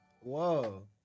Whoa